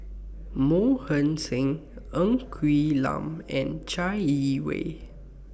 Mohan Singh Ng Quee Lam and Chai Yee Wei